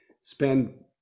spend